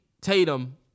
Tatum